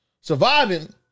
surviving